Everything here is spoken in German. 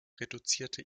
reduzierte